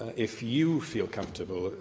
if you feel comfortable,